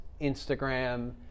Instagram